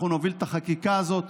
אנחנו נוביל את החקיקה הזאת,